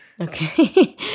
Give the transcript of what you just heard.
Okay